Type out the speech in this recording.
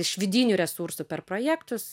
iš vidinių resursų per projektus